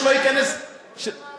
שלא ייכנס לפרוטוקול,